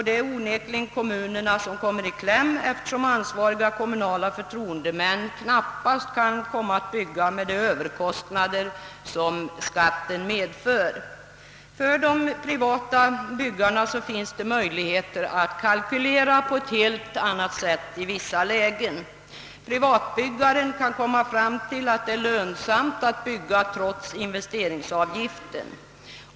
Det är onekligen kommunerna som kommer i kläm, eftersom ansvariga kommunala förtroendemän knappast kan komma att bygga med de överkostnader som skatten medför. För de privata byggarna finns det möjligheter att kalkylera på ett helt annat sätt i vissa lägen. Privatbyggaren kan komma fram till att det är lönsamt att bygga trots investeringsavgiften.